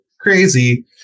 Crazy